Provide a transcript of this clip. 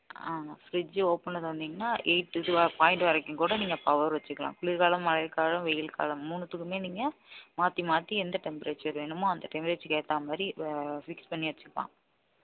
ஆமாம் ஃப்ரிஜ் ஓப்பனில் திறந்தீங்கனா எய்ட் இதுவாக பாய்ண்ட் வரைக்கும்கூட நீங்கள் பவர் வைச்சிக்கிலாம் குளிர்காலம் மழைக்காலம் வெயில்காலம் மூணுத்துக்கும் நீங்கள் மாற்றி மாற்றி எந்த டெம்ப்ரேச்சர் வேணுமோ அந்த டெம்பரேச்சருக்கு ஏற்ற மாதிரி ஃபிக்ஸ் பண்ணி வைச்சிக்கிலாம்